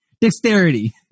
Dexterity